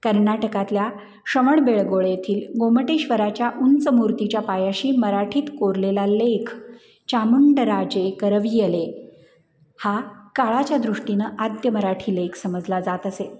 कर्नाटकातल्या श्रवणबेळगोळेथील गोमटेश्वराच्या उंच मूर्तीच्या पायाशी मराठीत कोरलेला लेख चामुंडराजे करवीयले हा काळाच्या दृष्टीनं आद्य मराठी लेख समजला जात असेल